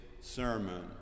sermon